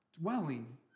dwelling